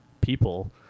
people